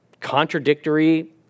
contradictory